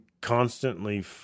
constantly